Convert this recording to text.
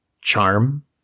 charm